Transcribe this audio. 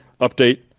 update